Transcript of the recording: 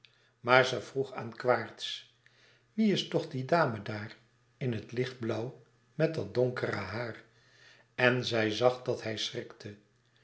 maar ze vroeg aan quaerts wie is toch die dame daar in het lichtblauw met dat donkere haar en zij zag dat hij schrikte